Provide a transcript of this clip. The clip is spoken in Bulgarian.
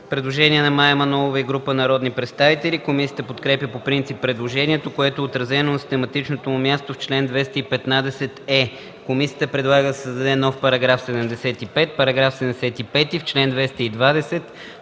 представител Мая Манолова и група народни представители. Комисията подкрепя по принцип предложението, което е отразено на систематичното му място в чл. 215е. Комисията предлага да се създаде нов § 75: „§ 75. В чл. 220